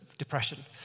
depression